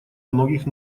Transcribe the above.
многих